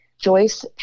Joyce